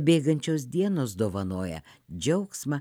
bėgančios dienos dovanoja džiaugsmą